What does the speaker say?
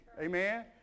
Amen